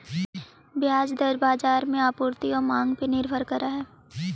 ब्याज दर बाजार में आपूर्ति आउ मांग पर निर्भर करऽ हइ